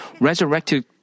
resurrected